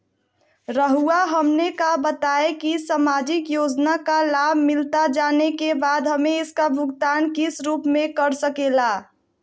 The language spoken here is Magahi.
रहुआ हमने का बताएं की समाजिक योजना का लाभ मिलता जाने के बाद हमें इसका भुगतान किस रूप में कर सके ला?